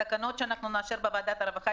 התקנות שנאשר בוועדת העבודה והרווחה